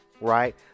right